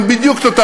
מים?